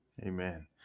Amen